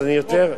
אז אני, יותר.